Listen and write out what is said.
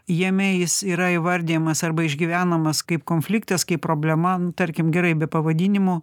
jame jis yra įvardijamas arba išgyvenamas kaip konfliktas kaip problema tarkim gerai be pavadinimo